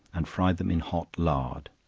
and fry them in hot lard